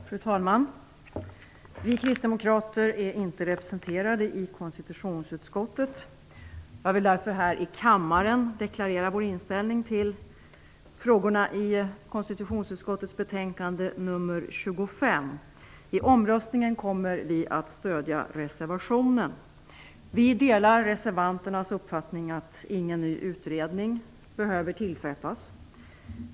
Fru talman! Vi kristdemokrater är inte representerade i konstitutionsutskottet. Jag vill därför här i kammaren deklarera vår inställning till frågorna i konstitutionsutskottets betänkande KU25. I omröstningen kommer vi att stödja reservationen. Vi delar reservanternas uppfattning att ingen ny utredning behöver tillsättas.